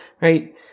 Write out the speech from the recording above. Right